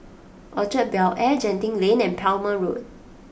Orchard Bel Air Genting Lane and Palmer Road